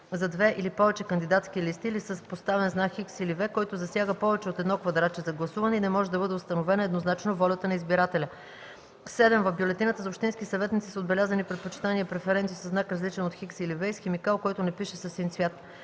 за две или повече кандидатски листи или с поставен знак „Х” или „V”, който засяга повече от едно квадратче за гласуване и не може да бъде установена еднозначно волята на избирателя; 7. в бюлетината за общински съветници са отбелязани предпочитания (преференции) със знак, различен от „Х” или „V” и с химикал, който не пише със син цвят.